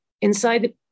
Inside